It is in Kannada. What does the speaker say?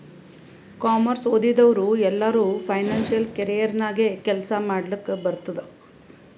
ಕಾಮರ್ಸ್ ಓದಿದವ್ರು ಎಲ್ಲರೂ ಫೈನಾನ್ಸಿಯಲ್ ಕೆರಿಯರ್ ನಾಗೆ ಕೆಲ್ಸಾ ಮಾಡ್ಲಕ್ ಬರ್ತುದ್